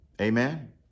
amen